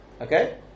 Okay